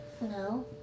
No